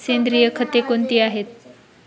सेंद्रिय खते कोणती आहेत?